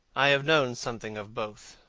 i have known something of both.